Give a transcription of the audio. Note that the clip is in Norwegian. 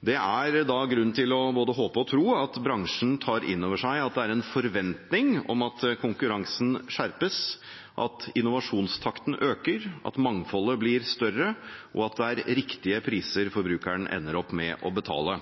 Det er grunn til både å håpe og tro at bransjen tar inn over seg at det er en forventning om at konkurransen skjerpes, at innovasjonstakten øker, at mangfoldet blir større, og at det er riktige priser forbrukeren ender opp med å betale.